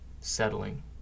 settling